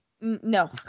no